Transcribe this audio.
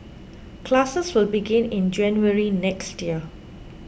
classes will begin in January next year